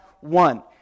one